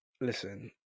listen